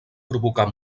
provocar